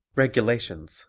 regulations